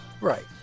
Right